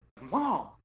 Mom